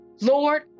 Lord